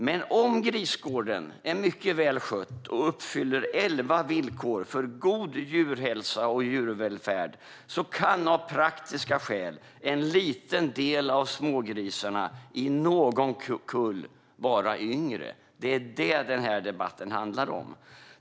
Men om grisgården är mycket väl skött och uppfyller elva villkor för god djurhälsa och djurvälfärd kan av praktiska skäl en liten del av smågrisarna i någon kull vara yngre. Det är det den här debatten handlar om.